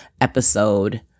episode